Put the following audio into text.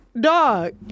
Dog